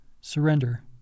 surrender